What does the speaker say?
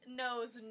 knows